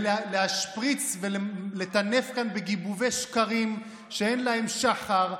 ולהשפריץ ולטנף כאן בגיבובי שקרים שאין להם שחר,